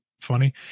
funny